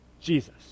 Jesus